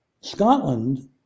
Scotland